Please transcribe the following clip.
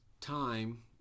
time